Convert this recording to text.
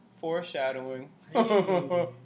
Foreshadowing